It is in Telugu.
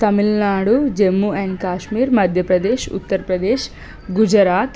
తమిళనాడు జమ్మూ అండ్ కాశ్మీర్ మధ్యప్రదేశ్ ఉత్తర్ప్రదేశ్ గుజరాత్